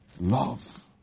love